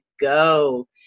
go